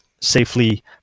safely